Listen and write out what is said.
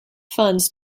funds